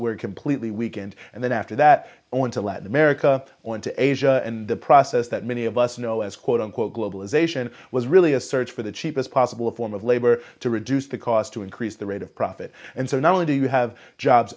were completely weekend and then after that or into latin america went to asia and the process that many of us know as quote unquote globalization was really a for the cheapest possible form of labor to reduce the cost to increase the rate of profit and so not only do you have jobs